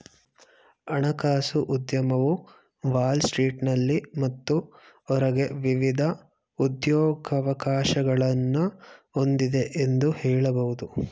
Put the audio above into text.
ಹಣಕಾಸು ಉದ್ಯಮವು ವಾಲ್ ಸ್ಟ್ರೀಟ್ನಲ್ಲಿ ಮತ್ತು ಹೊರಗೆ ವಿವಿಧ ಉದ್ಯೋಗವಕಾಶಗಳನ್ನ ಹೊಂದಿದೆ ಎಂದು ಹೇಳಬಹುದು